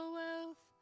wealth